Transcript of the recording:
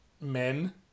men